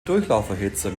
durchlauferhitzer